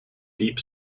deep